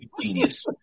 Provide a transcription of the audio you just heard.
Genius